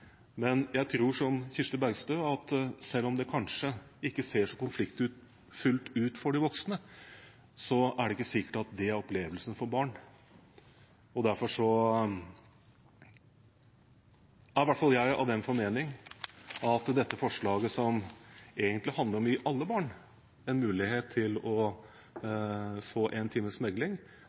men jeg tror som Kirsti Bergstø at selv om det kanskje ikke ser så konfliktfylt ut for de voksne, er det ikke sikkert at det er opplevelsen for barn. Derfor er i hvert fall jeg av den formening at dette forslaget, som egentlig handler om å gi alle barn en mulighet til å få en